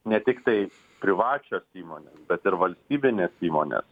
ne tiktai privačios įmonės bet ir valstybinės įmonės